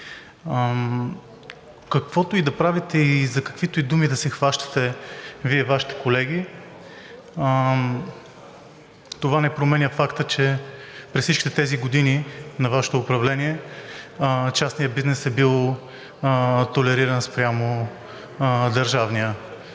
Каквото и да правите и за каквито думи да се хващате Вие и Вашите колеги, това не променя факта, че през всичките тези години на Вашето управление частният бизнес е бил толериран спрямо държавния.